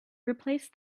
replace